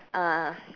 uh